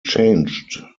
changed